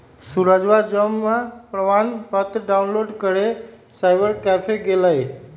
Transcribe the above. सूरजवा जमा प्रमाण पत्र डाउनलोड करे साइबर कैफे गैलय